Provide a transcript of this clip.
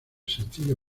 sencillo